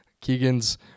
Keegan's